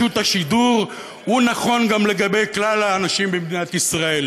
השידור נכון גם לגבי כלל האנשים במדינת ישראל: